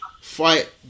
fight